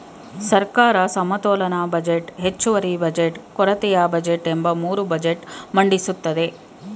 ಸರ್ಕಾರ ಸಮತೋಲನ ಬಜೆಟ್, ಹೆಚ್ಚುವರಿ ಬಜೆಟ್, ಕೊರತೆಯ ಬಜೆಟ್ ಎಂಬ ಮೂರು ಬಜೆಟ್ ಮಂಡಿಸುತ್ತದೆ